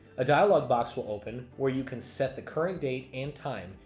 a dialog box will open, where you can set the current date, and time,